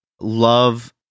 love